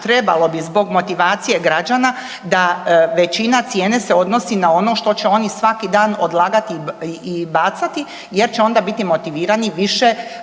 trebalo bi zbog motivacije građana da većina cijene se odnosi na ono što će oni svaki dan odlagati i bacati jer će onda biti motivirani više